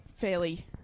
fairly